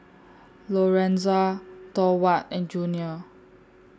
Lorenza Thorwald and Junior